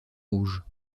rouge